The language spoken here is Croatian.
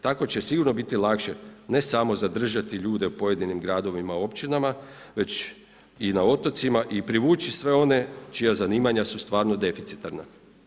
Tako će sigurno biti lakše ne samo zadržati ljude u pojedinim gradovima, općinama već i na otocima i privući sve one čija zanimanja su stvarno defiticarna.